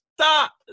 Stop